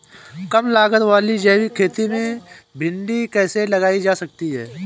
कम लागत वाली जैविक खेती में भिंडी कैसे लगाई जा सकती है?